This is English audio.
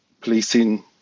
policing